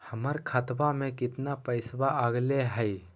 हमर खतवा में कितना पैसवा अगले हई?